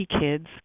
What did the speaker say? kids